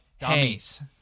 dummies